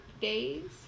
days